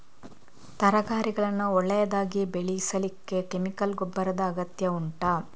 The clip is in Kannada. ತರಕಾರಿಗಳನ್ನು ಒಳ್ಳೆಯದಾಗಿ ಬೆಳೆಸಲಿಕ್ಕೆ ಕೆಮಿಕಲ್ ಗೊಬ್ಬರದ ಅಗತ್ಯ ಉಂಟಾ